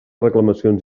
reclamacions